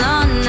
on